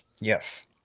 Yes